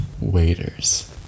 waiters